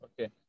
okay